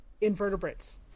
invertebrates